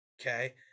okay